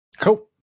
Cool